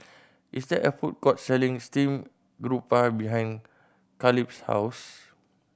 is there a food court selling steamed garoupa behind Kaleb's house